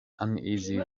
uneasy